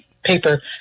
paper